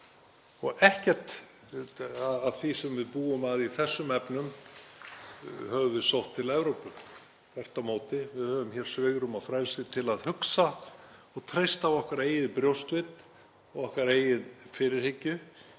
Og ekkert af því sem við búum að í þessum efnum höfum við sótt til Evrópu, þvert á móti, við höfum hér svigrúm og frelsi til að hugsa og treysta á okkar eigið brjóstvit og okkar eigin fyrirhyggju